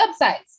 websites